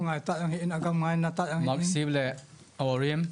מקשיב להורים,